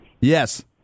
Yes